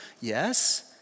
Yes